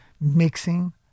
mixing